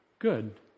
good